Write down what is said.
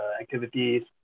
activities